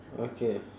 okay